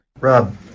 Rob